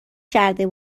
کرده